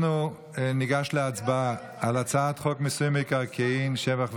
אנחנו ניגש להצבעה על הצעת חוק מיסוי מקרקעין (שבח ורכישה)